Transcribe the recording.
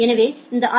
எனவே இந்த ஆர்